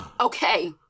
Okay